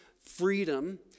freedom